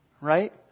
right